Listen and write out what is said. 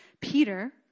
Peter